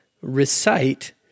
recite